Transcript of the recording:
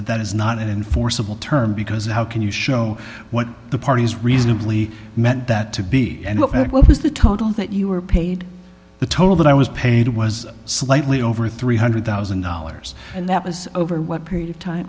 that that is not enforceable term because how can you show what the parties reasonably meant that to be and what was the total that you were paid the total that i was paid was slightly over three hundred thousand dollars and that was over what period of time